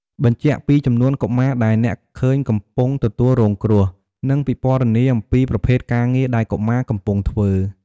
បញ្ជាក់ពីចំនួនកុមារដែលអ្នកឃើញកំពុងទទួលរងគ្រោះ និងពិពណ៌នាអំពីប្រភេទការងារដែលកុមារកំពុងធ្វើ។